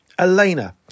Elena